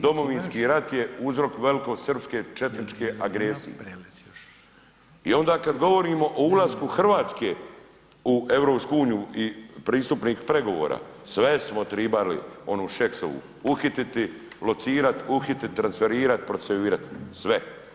Domovinski rat je uzrok velkosrpske četničke agresije i ona kad govorimo u ulasku Hrvatske u EU i pristupnih pregovora, sve smo tribali, onu Šeksovu, uhititi, locirat, uhitit, transferirat, procesuirat, sve.